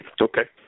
Okay